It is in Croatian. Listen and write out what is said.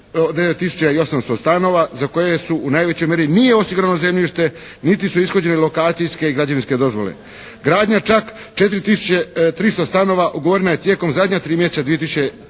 800 stanova za koje u najvećoj mjeri nije osigurano zemljište niti su ishođene lokacijske ni građevinske dozvole. Gradnja čak 4 tisuće 300 stanova ugovorena je tijekom zadnja tri mjeseca 2003.